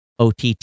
OTT